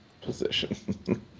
position